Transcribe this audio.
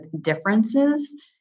differences